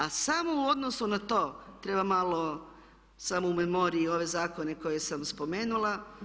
A samo u odnosu na to treba malo samo u memoriji ove zakone koje sam spomenula.